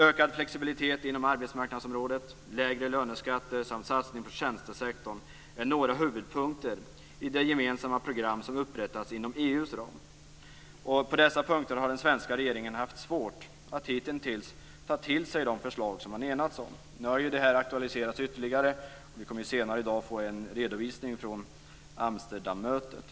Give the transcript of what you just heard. Ökad flexibilitet inom arbetsmarknadsområdet, lägre löneskatter samt satsning på tjänstesektorn är några huvudpunkter i det gemensamma program som upprättats inom EU:s ram. På dessa punkter har den svenska regeringen haft svårt att hitintills ta till sig de förslag som man enats om. Detta har nu aktualiserats ytterligare. Vi kommer senare i dag att få en redovisning från Amsterdammötet.